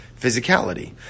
physicality